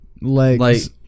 legs